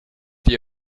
die